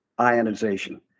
ionization